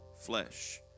flesh